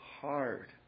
hard